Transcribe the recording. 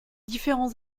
différents